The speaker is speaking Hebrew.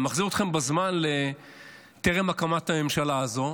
אני מחזיר אתכם בזמן טרם הקמת הממשלה הזו.